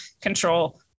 control